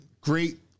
great